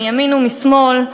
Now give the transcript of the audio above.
מימין ומשמאל,